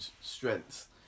strength